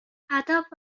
ادب